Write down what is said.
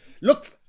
look